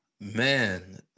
man